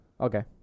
Okay